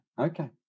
Okay